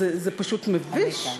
זה פשוט מביש.